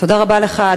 תודה רבה לך,